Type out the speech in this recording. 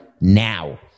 now